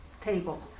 table